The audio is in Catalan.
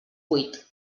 vuit